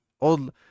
Old